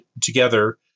together